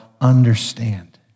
understand